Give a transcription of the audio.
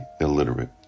illiterate